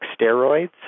steroids